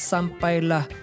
Sampailah